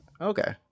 Okay